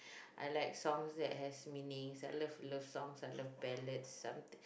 I like songs that has meaning I love love song I love ballad something